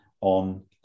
on